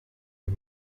des